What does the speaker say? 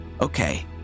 Okay